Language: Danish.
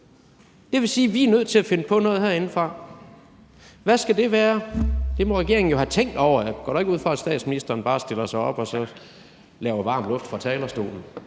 Det vil sige, at vi herindefra er nødt til at finde på noget, og hvad skal det være? Det må regeringen jo have tænkt over, for jeg går da ikke ud fra, at statsministeren bare stiller sig op og laver varm luft fra talerstolen.